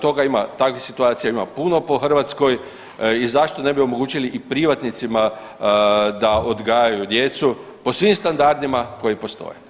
Takvih situacija ima puno po Hrvatskoj i zašto ne bi omogućili i privatnicima da odgajaju djecu po svim standardima koji postoji.